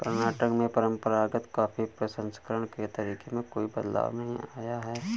कर्नाटक में परंपरागत कॉफी प्रसंस्करण के तरीके में कोई बदलाव नहीं आया है